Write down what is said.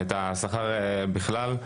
או את השכר בכלל,